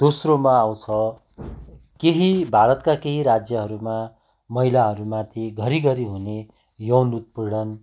दोस्रोमा आउँछ केही भारतका केही राज्यहरू महिलाहरू माथि घरि घरि हुने यौवन उत्पीडन